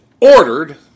ordered